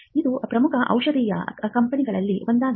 ಇದು ಪ್ರಮುಖ ಔಷಧೀಯ ಕಂಪನಿಗಳಲ್ಲಿ ಒಂದಾಗಿದೆ